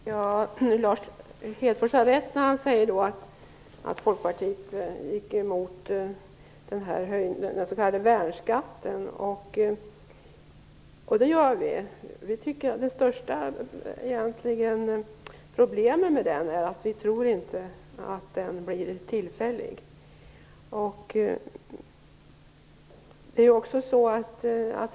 Fru talman! Lars Hedfors har rätt när han säger att Folkpartiet gick emot den s.k. värnskatten. Det gjorde vi. Det största problemet med den är att den inte blir tillfällig, tror vi.